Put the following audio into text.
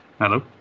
Hello